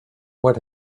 what